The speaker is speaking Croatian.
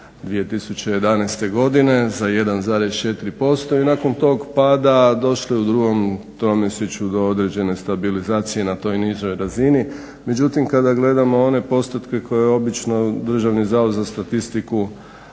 2011. godine za 1,4% i nakon tog pada došlo je u drugom tromjesečju do određen stabilizacije na toj nižoj razini. Međutim, kada gledamo one postotke koje obično Državni zavod za statistiku